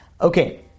Okay